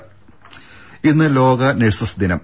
രുഭ ഇന്ന് ലോക നഴ്സസ് ദിനം